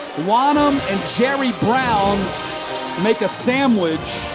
wonnum and jerie brown make a sandwich